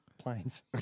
planes